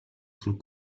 sul